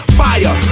fire